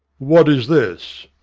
what is this?